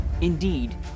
Indeed